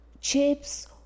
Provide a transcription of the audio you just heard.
chips